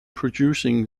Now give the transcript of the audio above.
producing